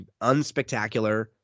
unspectacular